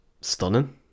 stunning